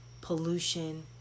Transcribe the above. pollution